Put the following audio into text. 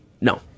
No